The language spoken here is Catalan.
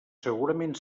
segurament